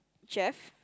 Jeff